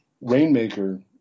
Rainmaker